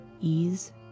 ease